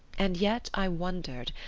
and yet i wondered.